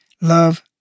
Love